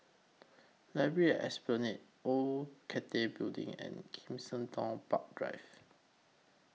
Library At Esplanade Old Cathay Building and Kensington Park Drive